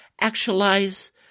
actualize